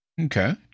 Okay